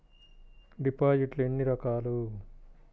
డిపాజిట్లు ఎన్ని రకాలు?